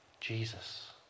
Jesus